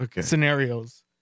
scenarios